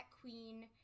queen